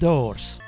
Doors